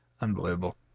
Unbelievable